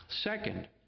Second